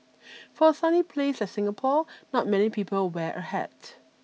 for a sunny place like Singapore not many people wear a hat